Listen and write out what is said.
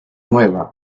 nueva